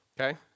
okay